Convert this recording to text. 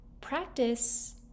practice